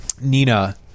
Nina